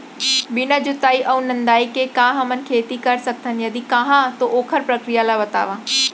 बिना जुताई अऊ निंदाई के का हमन खेती कर सकथन, यदि कहाँ तो ओखर प्रक्रिया ला बतावव?